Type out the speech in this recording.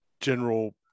general